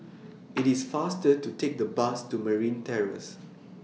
IT IS faster to Take The Bus to Marine Terrace